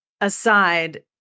aside